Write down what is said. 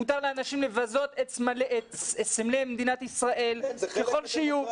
מותר לאנשים לבזות את סמלי מדינת ישראל ככל שיהיו.